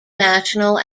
national